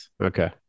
okay